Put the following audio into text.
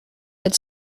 had